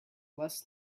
less